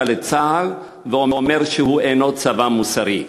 לצה"ל ואומר שהוא אינו צבא מוסרי.